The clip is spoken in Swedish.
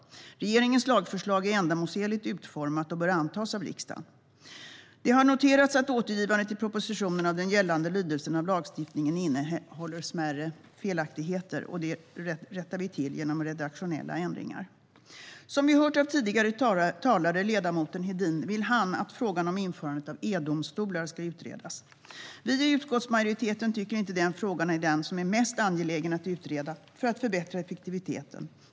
Regeringens lagförslag är ändamålsenligt utformat och bör antas av riksdagen. Det har noterats att återgivandet i propositionen av den gällande lydelsen av lagstiftningen innehåller smärre felaktigheter. Det rättar vi till genom redaktionella ändringar. Som vi hört av tidigare talare, ledamoten Hedin, vill han att frågan om införandet av e-domstolar ska utredas. Vi i utskottsmajoriteten tycker inte att den frågan är den som är mest angelägen att utreda för att förbättra effektiviteten.